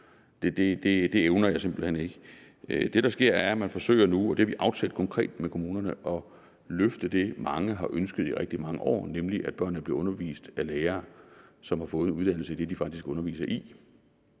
det evner jeg simpelt hen ikke. Det, der sker, er, at man nu forsøger – og det har vi aftalt konkret med kommunerne – at løfte det, mange har ønsket i rigtig mange år, nemlig at børnene bliver undervist af lærere, som har fået en uddannelse i det, de faktisk underviser i.